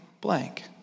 blank